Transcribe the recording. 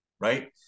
right